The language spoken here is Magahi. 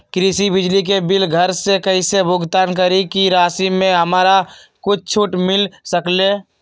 कृषि बिजली के बिल घर से कईसे भुगतान करी की राशि मे हमरा कुछ छूट मिल सकेले?